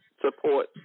support